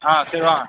ஆ சரி வாங்க